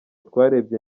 twarebye